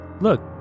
Look